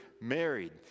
married